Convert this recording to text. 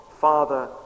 Father